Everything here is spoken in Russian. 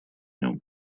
нем